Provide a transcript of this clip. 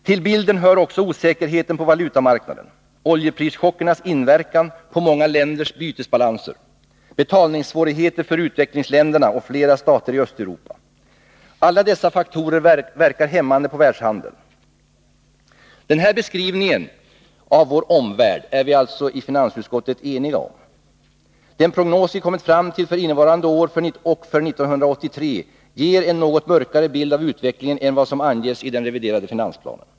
Till bilden hör också osäkerheten på valutamarknaden, oljeprischockernas inverkan på många länders bytesbalanser och betalningssvårigheter för utvecklingsländerna och flera stater i Östeuropa. Alla dessa faktorer verkar hämmande på världshandeln. Den här beskrivningen av vår omvärld är vi i finansutskottet eniga om. Den prognos vi kommit fram till för innevarande år och för 1983 ger en något mörkare bild av utvecklingen än vad som anges i den reviderade finansplanen.